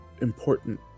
important